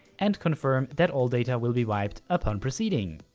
and confirm that all data will be wiped upon proceeding.